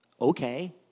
Okay